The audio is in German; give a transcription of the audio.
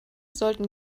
sollten